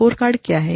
scorecard क्या है